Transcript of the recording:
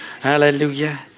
Hallelujah